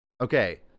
Okay